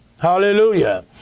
Hallelujah